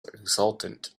exultant